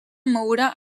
moure